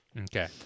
Okay